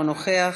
אינו נוכח.